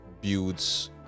builds